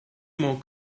more